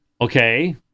okay